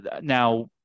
now